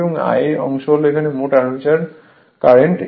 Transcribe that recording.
এটির 1 অংশ হল মোট আর্মেচার কারেন্ট